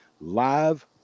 live